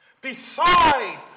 decide